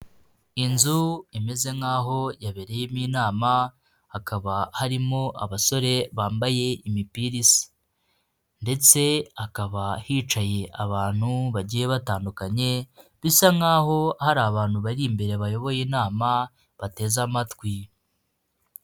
Inzu imeze nk'aho yabereyemo inama hakaba harimo abasore bambaye imipira isa ndetse hakaba hicaye abantu bagiye batandukanye bisa nk'aho hari abantu bari imbere bayoboye inama bateze amatwi .